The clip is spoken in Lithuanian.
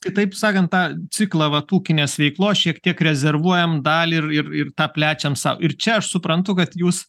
kitaip sakant tą ciklą vat ūkinės veiklos šiek tiek rezervuojam dalį ir ir tą plečiam sau ir čia aš suprantu kad jūs